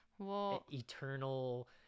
eternal